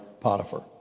Potiphar